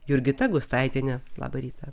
jurgita gustaitiene labą rytą